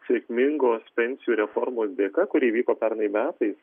sėkmingos pensijų reformos dėka kur įvyko pernai metais